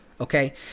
okay